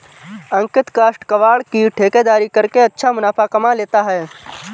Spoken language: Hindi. अंकित काष्ठ कबाड़ की ठेकेदारी करके अच्छा मुनाफा कमा लेता है